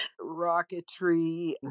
rocketry